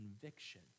conviction